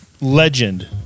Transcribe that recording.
Legend